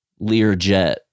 Learjet